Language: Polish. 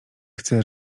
chce